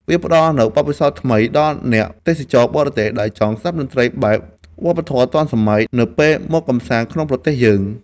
វាផ្ដល់នូវបទពិសោធន៍ថ្មីដល់អ្នកទេសចរបរទេស ដែលចង់ស្ដាប់តន្ត្រីបែប វប្បធម៌ទាន់សម័យ នៅពេលមកកម្សាន្តក្នុងប្រទេសយើង។